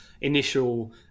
initial